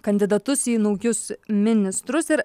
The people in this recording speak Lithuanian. kandidatus į naujus ministrus ir